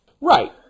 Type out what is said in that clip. Right